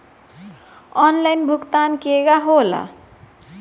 Online भुगतान केगा होला?